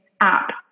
app